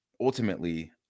ultimately